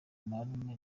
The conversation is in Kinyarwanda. marume